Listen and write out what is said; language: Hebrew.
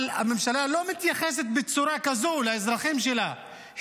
אבל הממשלה לא מתייחסת בצורה כזו לאזרחים שלה.